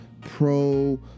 pro